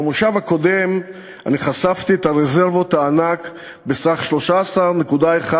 במושב הקודם אני חשפתי את רזרבות הענק בסך 13.1